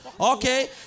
okay